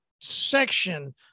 section